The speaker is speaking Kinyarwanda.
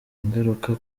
ingaruka